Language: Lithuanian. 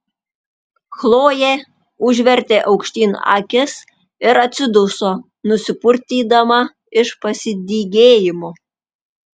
chlojė užvertė aukštyn akis ir atsiduso nusipurtydama iš pasidygėjimo